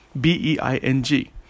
B-E-I-N-G